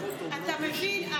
אתה מבין?